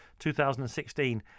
2016